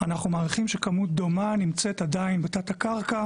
אנחנו מעריכים שכמות דומה נמצאת עדיין בתת הקרקע